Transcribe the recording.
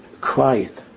quiet